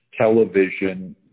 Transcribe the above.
television